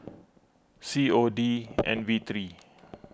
C O D N V three